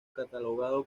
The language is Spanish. catalogado